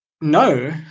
no